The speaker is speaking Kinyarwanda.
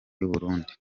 y’uburundi